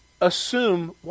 assume